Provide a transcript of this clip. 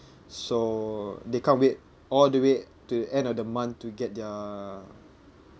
so they can't wait all the way to the end of the month to get their